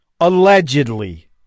Allegedly